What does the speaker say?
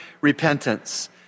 repentance